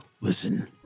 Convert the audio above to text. Listen